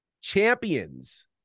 champions